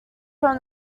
from